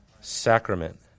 sacrament